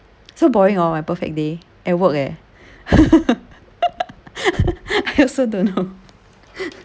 so boring hor my perfect day at work eh I also don't know